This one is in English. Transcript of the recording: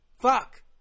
Fuck